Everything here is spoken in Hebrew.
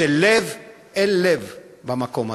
של לב אל לב במקום הזה.